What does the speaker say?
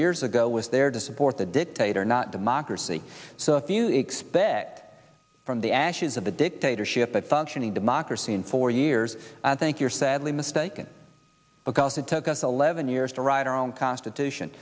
years ago was there to support the dictator not democracy so if you expect from the ashes of the dictatorship of functioning democracy in four years i think you're sadly mistaken because it took us eleven years to write our own constitution